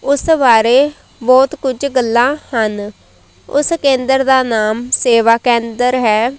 ਉਸ ਬਾਰੇ ਬਹੁਤ ਕੁਝ ਗੱਲਾਂ ਹਨ ਉਸ ਕੇਂਦਰ ਦਾ ਨਾਮ ਸੇਵਾ ਕੇਂਦਰ ਹੈ